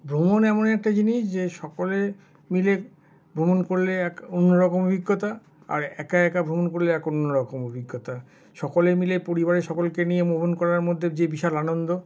ভ্রমণ এমন একটা জিনিস যে সকলে মিলে ভ্রমণ করলে এক অন্য রকম অভিজ্ঞতা আর একা একা ভ্রমণ করলে এক অন্য রকম অভিজ্ঞতা সকলে মিলে পরিবারের সকলকে নিয়ে ভ্রমণ করার যে বিশাল আনন্দ